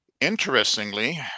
Interestingly